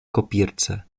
kopírce